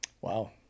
Wow